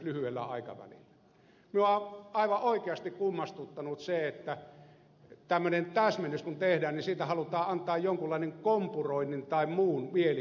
minua on aivan oikeasti kummastuttanut se että tämmöinen täsmennys kun tehdään niin siitä halutaan antaa jonkunlainen kompuroinnin tai muun mielikuva